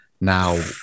now